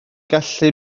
gallu